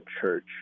church